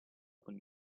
con